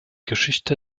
geschichte